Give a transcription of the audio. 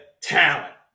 talent